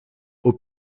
aux